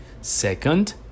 Second